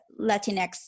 latinx